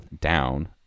down